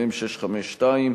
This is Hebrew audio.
מ/652,